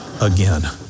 again